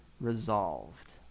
resolved